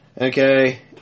Okay